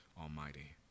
Almighty